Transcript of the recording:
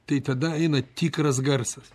tai tada eina tikras garsas